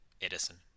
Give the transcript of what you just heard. Edison